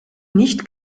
nicht